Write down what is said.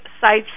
sites